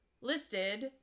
listed